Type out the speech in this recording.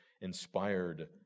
inspired